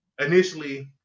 initially